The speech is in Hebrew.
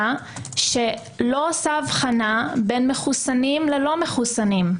שלא עושה הבחנה בין מחוסנים ללא מחוסנים.